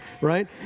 right